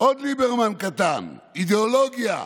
עוד ליברמן קטן, אידיאולוגיה: